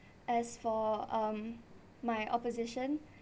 as for um my opposition